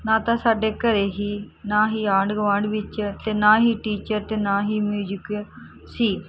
ਨਾ ਤਾਂ ਸਾਡੇ ਘਰੇ ਹੀ ਨਾ ਹੀ ਆਂਢ ਗੁਆਂਢ ਵਿੱਚ ਅਤੇ ਨਾ ਹੀ ਟੀਚਰ ਅਤੇ ਨਾ ਹੀ ਮਿਊਜਿਕ ਸੀ